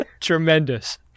Tremendous